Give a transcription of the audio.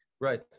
Right